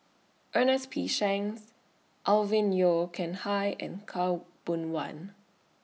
Ernest P Shanks Alvin Yeo Khirn Hai and Khaw Boon Wan